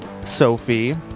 Sophie